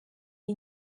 iyi